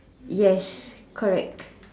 yes correct